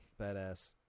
Badass